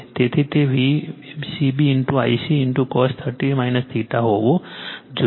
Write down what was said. તેથી તે Vcb Ic cos 30 o હોવું જોઈએ